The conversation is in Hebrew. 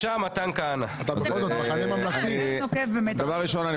דבר ראשון,